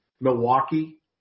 Milwaukee